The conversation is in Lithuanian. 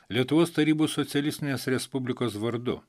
lietuvos tarybų socialistinės respublikos vardu